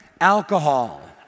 Alcohol